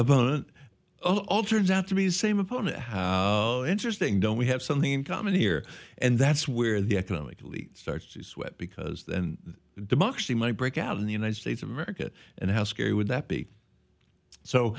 opponent all turns out to be the same opponent how interesting don't we have something in common here and that's where the economic elite starts to sweat because then democracy might break out in the united states of america and how scary would that be so